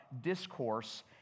discourse